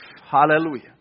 Hallelujah